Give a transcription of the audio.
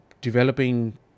developing